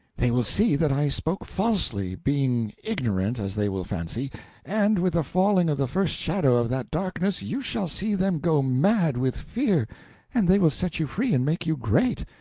they will see that i spoke falsely being ignorant, as they will fancy and with the falling of the first shadow of that darkness you shall see them go mad with fear and they will set you free and make you great!